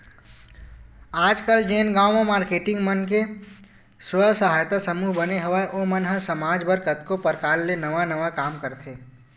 आजकल जेन गांव म मारकेटिंग मन के स्व सहायता समूह बने हवय ओ मन ह समाज बर कतको परकार ले नवा नवा काम करथे